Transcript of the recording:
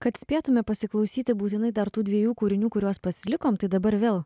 kad spėtumėme pasiklausyti būtinai dar tų dviejų kūrinių kuriuos pasilikome tai dabar vėl